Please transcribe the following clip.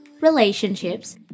relationships